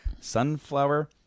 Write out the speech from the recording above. sunflower